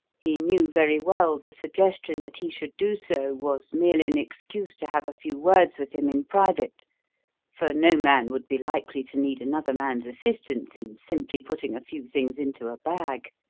he knew very well the suggestion that he should do so was merely an excuse to have a few words with him in private for no man would be likely to need another man's assistance in simply putting a few things into a bag